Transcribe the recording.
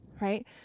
right